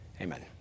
amen